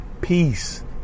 peace